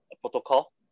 protocol